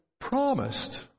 promised